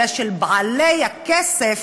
אלא של בעלי הכסף